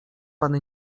pan